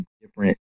different